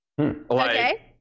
Okay